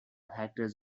hectares